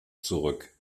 zurück